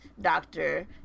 doctor